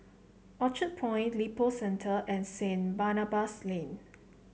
Orchard Point Lippo Centre and Saint Barnabas Lane